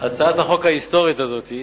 הצעת החוק ההיסטורית הזאת,